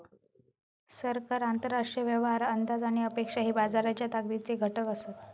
सरकार, आंतरराष्ट्रीय व्यवहार, अंदाज आणि अपेक्षा हे बाजाराच्या ताकदीचे घटक असत